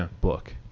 book